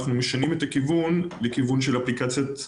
במקום זה אנחנו משנים את הכיוון לכיוון של אפליקציית הרמזור,